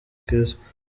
keza